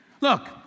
Look